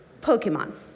Pokemon